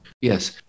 Yes